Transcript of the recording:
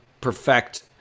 perfect